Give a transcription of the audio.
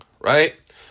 Right